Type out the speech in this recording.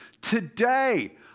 today